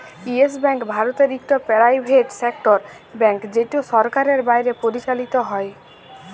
yes Bank ভারতের ইকট private sector bank যেট সরকারের বাইরে পরিচালিত হ্যয়